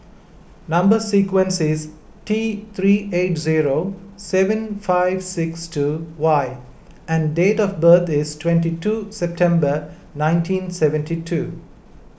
Number Sequence is T three eight zero seven five six two Y and date of birth is twenty two September nineteen seventy two